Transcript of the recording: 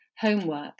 Homework